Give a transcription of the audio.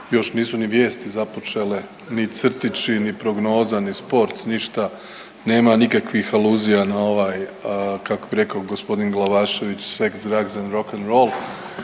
Još nisu ni vijesti započele, ni crtići, ni prognoza, ni sport, ništa, nema nikakvih aluzija na ovaj kako bi rekao gospodin Glavašević sex, drugs and rock n roll.